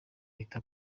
ahita